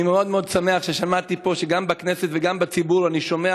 אני שמח מאוד מאוד ששמעתי פה שגם בכנסת וגם בציבור אני שומע